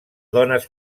dones